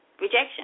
rejection